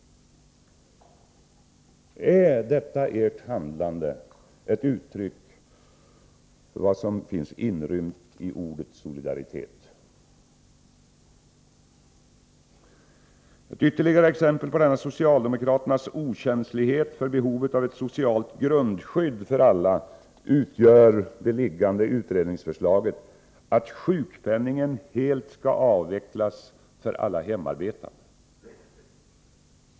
Är detta ert handlande ett uttryck för vad som finns inrymt i ordet solidaritet? Ett ytterligare exempel på denna socialdemokraternas okänslighet för behovet av ett socialt grundskydd för alla utgör det föreliggande utredningsförslaget att sjukpenningen helt skall avvecklas för alla hemarbetande.